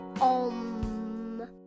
Om